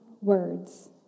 words